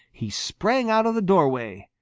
he sprang out of the doorway.